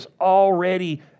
already